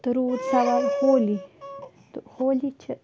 تہٕ روٗد سَوال ہوٗلی تہٕ ہوٗلی چھِ